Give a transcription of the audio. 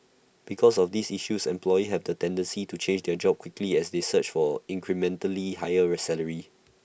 because of these issues employee had A tendency to change job quickly as they search for incrementally higher salaries